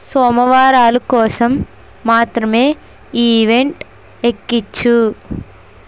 సోమవారాలు కోసం మాత్రమే ఈ ఈవెంట్ ఎక్కించు